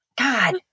God